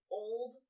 old